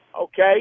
okay